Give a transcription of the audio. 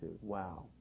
Wow